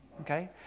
okay